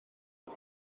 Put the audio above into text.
pwy